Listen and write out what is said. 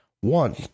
one